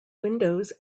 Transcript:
windows